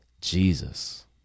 jesus